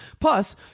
Plus